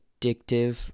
addictive